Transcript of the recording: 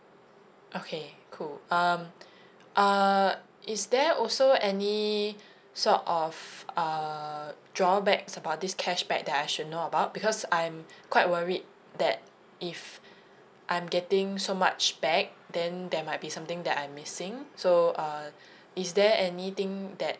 okay cool um uh is there also any sort of uh drawbacks about this cashback that I should know about because I'm quite worried that if I'm getting so much back then there might be something that I'm missing so uh is there anything that